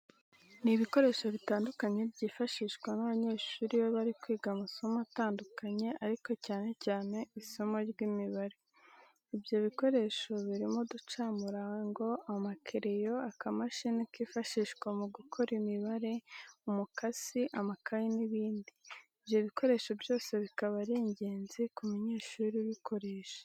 Ni ibikoresho bitandukanye byifashishwa n'abanyeshuri iyo bari kwiga amasomo atandukanye ariko cyane cyane isimo ry'Imibare. ibyo bikoresho birimo uducamirongo, amakereyo, akamashini kifashishwa mu gukora imibare, umukasi, amakayi n'ibindi. Ibyo bikoresho byose bikaba ari ingenzi ku munyeshuri ubukoresha.